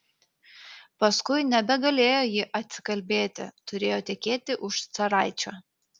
paskui nebegalėjo ji atsikalbėti turėjo tekėti už caraičio